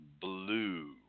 Blue